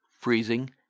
freezing